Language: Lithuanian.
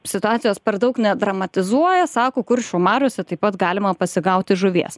situacijos per daug nedramatizuoja sako kuršių mariose taip pat galima pasigauti žuvies